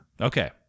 Okay